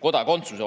kodakondsuse.